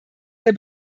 der